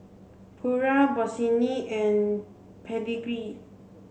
Pura Bossini and Pedigree